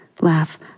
laugh